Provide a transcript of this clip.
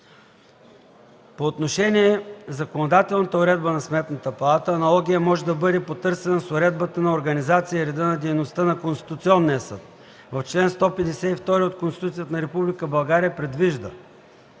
По отношение законодателната уредба на Сметната палата, аналогия може да бъде потърсена с уредбата на организацията и реда на дейността на Конституционния съд. Член 152 от КРБ предвижда,